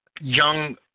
young